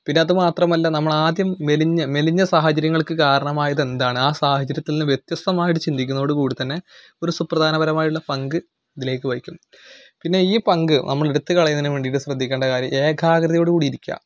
പിന്നെ അത് മാത്രമല്ല നമ്മളാദ്യം മെലിഞ്ഞ മെലിഞ്ഞ സാഹചര്യങ്ങൾക്ക് കാരണമായത് എന്താണ് ആ സാഹചര്യത്തിൽ നിന്ന് വ്യത്യസ്തമായിട്ട് ചിന്തിക്കുന്നതോടുകൂടിതന്നെ ഒരു സുപ്രധാനപരമായിട്ടുള്ള പങ്ക് ഇതിലേക്ക് വഹിക്കും പിന്നെ ഈ പങ്ക് നമ്മളെടുത്ത് കളയുന്നതിന് വേണ്ടിയിട്ട് ശ്രദ്ധിക്കേണ്ട കാര്യം ഏകാഗ്രതയോട് കൂടി ഇരിക്കുക